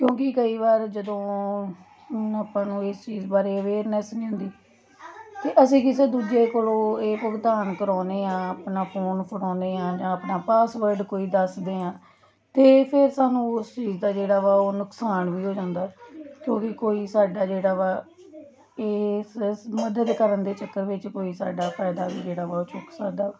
ਕਿਉਂਕਿ ਕਈ ਵਾਰ ਜਦੋਂ ਆਪਾਂ ਨੂੰ ਇਸ ਚੀਜ਼ ਬਾਰੇ ਅਵੇਅਰਨੈੱਸ ਨਹੀਂ ਹੁੰਦੀ ਅਤੇ ਅਸੀਂ ਕਿਸੇ ਦੂਜੇ ਕੋਲੋਂ ਇਹ ਭੁਗਤਾਨ ਕਰਾਉਂਦੇ ਹਾਂ ਆਪਣਾ ਫੋਨ ਫੜਾਉਂਦੇ ਹਾਂ ਜਾਂ ਆਪਣਾ ਪਾਸਵਰਡ ਕੋਈ ਦੱਸਦੇ ਹਾਂ ਤਾਂ ਫੇਰ ਸਾਨੂੰ ਉਸ ਚੀਜ਼ ਦਾ ਜਿਹੜਾ ਵਾ ਉਹ ਨੁਕਸਾਨ ਵੀ ਹੋ ਜਾਂਦਾ ਕਿਉਂਕਿ ਕੋਈ ਸਾਡਾ ਜਿਹੜਾ ਵਾ ਏਸਸ ਮਦਦ ਕਰਨ ਦੇ ਚੱਕਰ ਵਿੱਚ ਕੋਈ ਸਾਡਾ ਫਾਇਦਾ ਵੀ ਜਿਹੜਾ ਵਾ ਉਹ ਚੁੱਕ ਸਕਦਾ ਵਾ